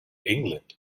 england